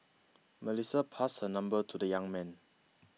Melissa passed her number to the young man